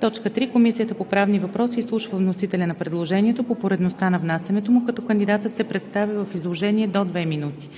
3. Комисията по правни въпроси изслушва вносителя на предложението по поредността на внасянето му, като кандидатът се представя в изложение до 2 минути.